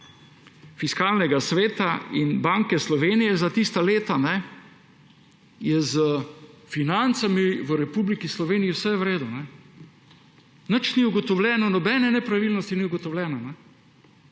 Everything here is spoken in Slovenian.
Fiskalnega sveta in Banke Slovenije za tista leta, je s financami v Republiki Sloveniji vse v redu. Nič ni ugotovljeno, nobena nepravilnost ni ugotovljena,